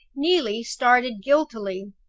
neelie started guiltily.